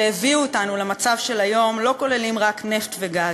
שהביאו אותנו למצב של היום, לא כוללים רק נפט וגז.